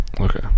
Okay